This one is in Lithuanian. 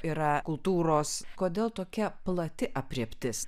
yra kultūros kodėl tokia plati aprėptis